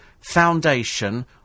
foundation